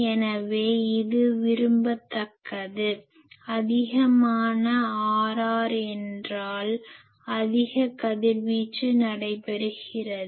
எனவே இது விரும்பத்தக்கது அதிகமான Rr என்றால் அதிக கதிர்வீச்சு நடைபெறுகிறது